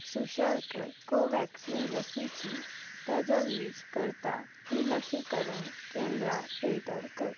सुशल्क कोवॅक्सीन लसीची तजवीज करता तीं लसीकरण केंद्रां फिल्टर कर